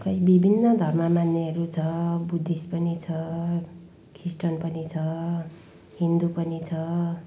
खै विभिन्न धर्म मान्नेहरू छ बुद्धिस्ट पनि छ क्रिस्चियन पनि छ हिन्दू पनि छ